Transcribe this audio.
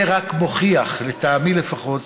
סעיף זה רק מוכיח, לטעמי, לפחות,